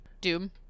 Doom